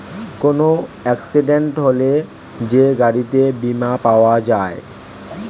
কোন এক্সিডেন্ট হলে যে গাড়িতে বীমা পাওয়া যায়